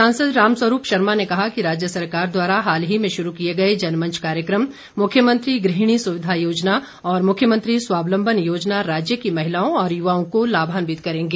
सांसद रामस्वरूप शर्मा ने कहा कि राज्य सरकार द्वारा हाल ही में शुरू किए गए जनमंच कार्यक्रम मुख्यमंत्री गृहिणी सुविधा योजना और मुख्यमंत्री स्वावलम्बन योजना राज्य की महिलाओं और युवाओं को लाभान्वित करेंगे